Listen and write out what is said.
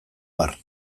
har